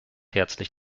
herzlich